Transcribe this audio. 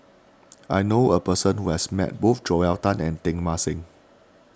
I know a person who has met both Joel Tan and Teng Mah Seng